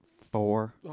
four